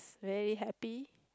very happy